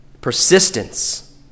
persistence